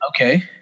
Okay